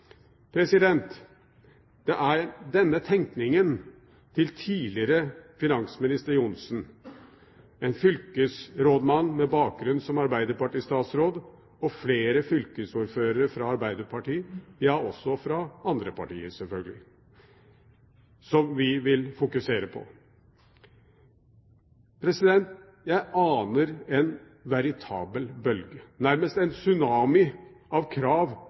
Det er denne tenkningen til tidligere finansminister Johnsen, en fylkesrådmann med bakgrunn som arbeiderpartistatsråd og flere fylkesordførere fra Arbeiderpartiet, ja også fra andre partier, selvfølgelig, som vi vil fokusere på. Jeg aner en veritabel bølge, nærmest en tsunami av krav